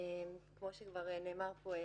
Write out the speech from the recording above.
כפי שכבר נאמר פה,